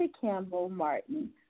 Campbell-Martin